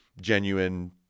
genuine